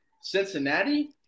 Cincinnati